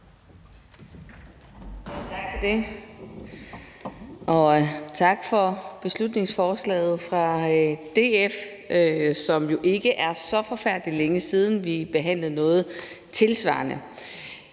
Tak for det. Og tak for beslutningsforslaget fra DF. Det er jo ikke så forfærdelig længe siden, vi behandlede noget tilsvarende.